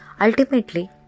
ultimately